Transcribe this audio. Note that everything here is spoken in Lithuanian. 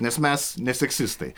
nes mes ne seksistai